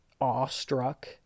awestruck